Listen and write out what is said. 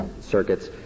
circuits